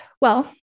Well-